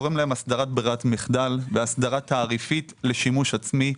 קוראים להן הסדרת ברירת מחדל והסדרה תעריפית לשימוש עצמי.